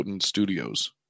studios